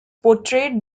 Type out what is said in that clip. portrayed